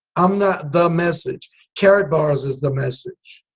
i'm not the message karatbars is the message.